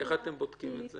איך אתם בודקים את זה?